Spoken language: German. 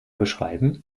beschreiben